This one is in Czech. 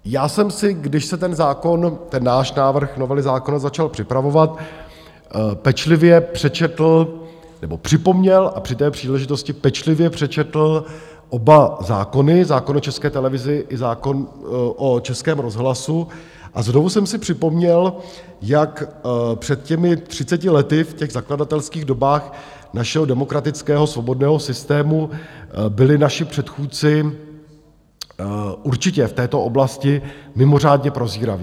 Já jsem si, když se ten zákon, ten náš návrh novely zákona, začal připravovat, pečlivě přečetl, nebo připomněl a při té příležitosti pečlivě přečetl oba zákony, zákon o České televizi i zákon o Českém rozhlasu, a znovu jsem si připomněl, jak před těmi třiceti lety v těch zakladatelských dobách našeho demokratického svobodného systému byli naši předchůdci určitě v této oblasti mimořádně prozíraví.